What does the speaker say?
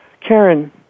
Karen